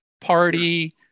party